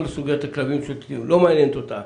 סוגיות הכלבים המשוטטים לא מעניינת אותה,